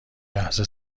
لحظه